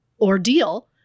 ordeal